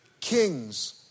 kings